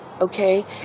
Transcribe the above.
okay